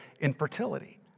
infertility